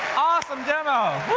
awesome demo.